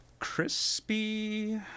crispy